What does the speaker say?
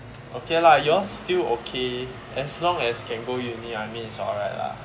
okay lah yours still okay as long as can go uni I mean it's alright lah